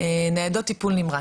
ניידות טיפול נמרץ,